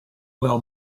well